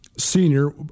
senior